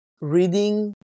reading